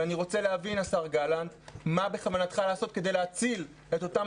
אני רוצה להבין השר גלנט מה בכוונתך לעשות כדי להציל את אותן